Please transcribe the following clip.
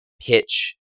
pitch